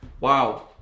Wow